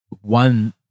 one